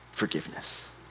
forgiveness